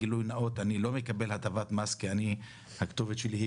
אני רק אזכיר את הרקע לדיון.